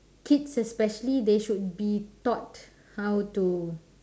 kids especially they should be taught how to